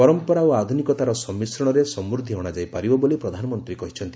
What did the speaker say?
ପରମ୍ପରା ଓ ଆଧୁନିକତାର ସମିଶ୍ରଣରେ ସମୃଦ୍ଧି ଅଣାଯାଇ ପାରିବ ବୋଲି ପ୍ରଧାନମନ୍ତ୍ରୀ କହିଛନ୍ତି